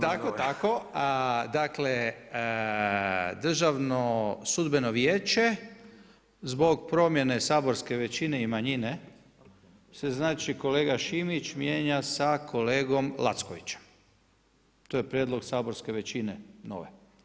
Dakle, Državno sudbeno vijeće zbog promjene saborske većine i manjine što znači kolega Šimić mijenja sa kolegom Lackovićem, to je prijedlog saborske većine nove.